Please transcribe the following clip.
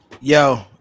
Yo